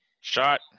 Shot